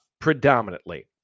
predominantly